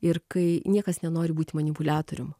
ir kai niekas nenori būti manipuliatorium